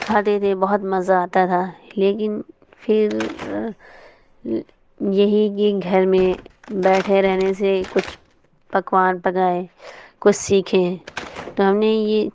کھاتے تھے بہت مزہ آتا تھا لیکن پھر یہی کہ گھر میں بیٹھے رہنے سے کچھ پکوان پکائے کچھ سیکھیں تو ہم نے یہ